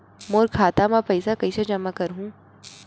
मोर खाता म पईसा कइसे जमा करहु?